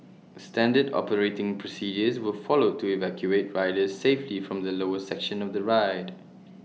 standard operating procedures were followed to evacuate riders safely from the lower section of the ride